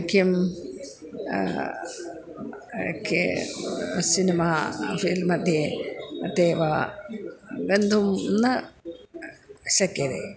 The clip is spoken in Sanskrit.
किं के सिनेमा फ़िल्मध्ये ते वा गन्तुं न शक्यते